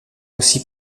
aussi